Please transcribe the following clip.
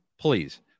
Please